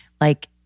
like-